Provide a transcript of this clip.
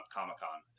Comic-Con